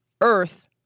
Earth